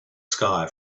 sky